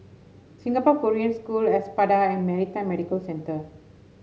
Singapore Korean School Espada and Maritime Medical Centre